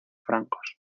francos